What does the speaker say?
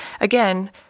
again